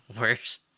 worse